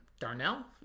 Darnell